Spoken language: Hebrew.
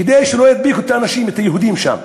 כדי שלא ידביקו את האנשים, את היהודים שם.